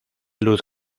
luz